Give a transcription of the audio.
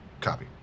copy